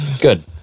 Good